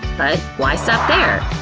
but why stop there?